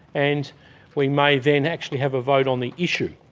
and we may then actually have a vote on the issue.